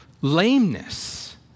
lameness